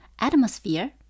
atmosphere